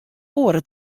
oare